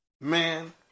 man